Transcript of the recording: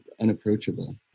unapproachable